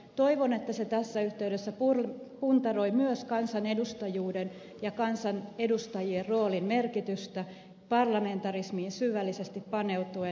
toivon että se tässä yhtey dessä puntaroi myös kansanedustajuuden ja kansan edustajien roolin merkitystä parlamentarismiin syvällisesti paneutuen